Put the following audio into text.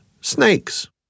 snakes